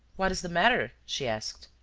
what is the matter? she asked.